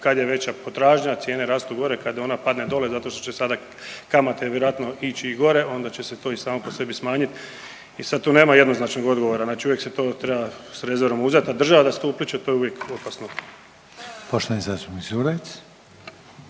kad je veća potražnja cijene rastu gore, kad ona padne dole zato što će sada kamate vjerojatno ići gore onda će se to i samo po sebi smanjit i sad tu nema jednoznačnih odgovora, znači uvijek se to treba s rezervom uzet, a država da se tu upliće to je uvijek opasno.